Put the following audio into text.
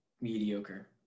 mediocre